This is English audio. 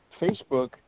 Facebook –